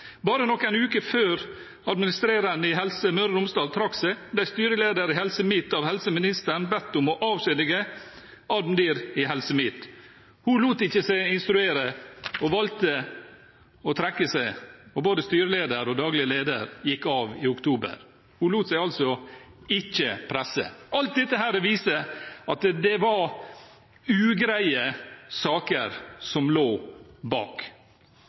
Bare noen uker før administrerende direktør i Helse Møre og Romsdal trakk seg, ble styreleder i Helse Midt-Norge av helseministeren bedt om å avskjedige administrerende direktør i Helse Midt-Norge. Hun lot seg ikke instruere og valgte å trekke seg, og både styreleder og daglig leder gikk av i oktober. Hun lot seg altså ikke presse. Alt dette viser at det var ugreie saker som lå bak.